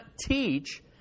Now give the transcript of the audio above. teach